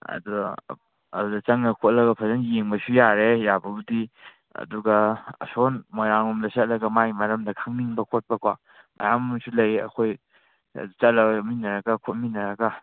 ꯑꯗꯣ ꯑꯗꯨꯗ ꯆꯪꯉ ꯈꯣꯠꯂꯒ ꯐꯖꯅ ꯌꯦꯡꯕꯁꯨ ꯌꯥꯔꯦ ꯌꯥꯕꯕꯨꯗꯤ ꯑꯗꯨꯒ ꯑꯁꯣꯝ ꯃꯣꯏꯔꯥꯡ ꯂꯣꯝꯗ ꯆꯠꯂꯒ ꯃꯥꯏ ꯃꯔꯝꯗ ꯈꯪꯅꯤꯡꯕ ꯈꯣꯠꯄꯀꯣ ꯃꯌꯥꯝ ꯑꯃꯁꯨ ꯂꯩ ꯑꯩꯈꯣꯏ ꯆꯠꯂꯒ ꯈꯣꯠꯃꯤꯟꯅꯔꯒ